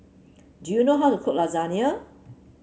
do you know how to cook Lasagna